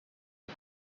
six